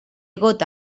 gota